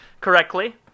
correctly